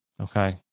Okay